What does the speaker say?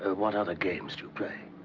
what other games do you play?